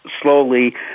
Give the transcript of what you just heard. slowly